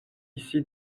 ici